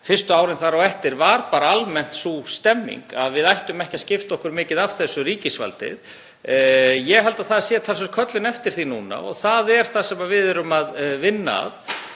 fyrstu árin þar á eftir var bara almennt sú stemning að við ættum ekki að skipta okkur mikið af þessu, ríkisvaldið. Ég held að það sé talsvert kallað eftir því núna og það er það sem við erum að vinna að.